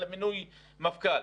מינוי מפכ"ל.